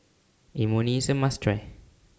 Imoni IS A must Try